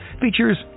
features